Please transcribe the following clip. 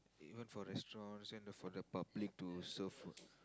even for restaurants and the for the public to serve food